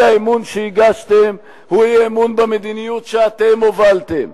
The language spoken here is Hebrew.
האי-אמון שהגשתם הוא אי-אמון במדיניות שאתם הובלתם,